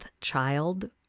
child